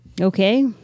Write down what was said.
Okay